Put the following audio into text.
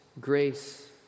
grace